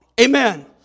Amen